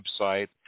website